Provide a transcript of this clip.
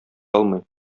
алмый